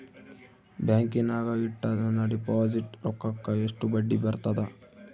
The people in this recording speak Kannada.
ಬ್ಯಾಂಕಿನಾಗ ಇಟ್ಟ ನನ್ನ ಡಿಪಾಸಿಟ್ ರೊಕ್ಕಕ್ಕ ಎಷ್ಟು ಬಡ್ಡಿ ಬರ್ತದ?